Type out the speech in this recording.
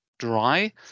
dry